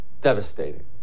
Devastating